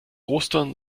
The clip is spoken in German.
ostern